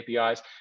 APIs